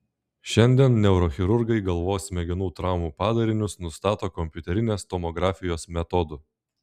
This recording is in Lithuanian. šiandien neurochirurgai galvos smegenų traumų padarinius nustato kompiuterinės tomografijos metodu